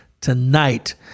tonight